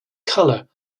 color